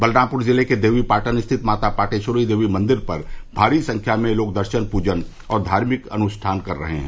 बलरामपुर जिले के देवीपाटन स्थित माता पाटेश्वरी देवी मंदिर पर भारी संख्या में लोग दर्शन पूजन और धार्मिक अनुष्ठान कर रहे हैं